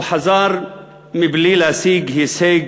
הוא חזר מבלי להשיג הישג